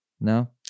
no